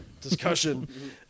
discussion